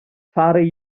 fare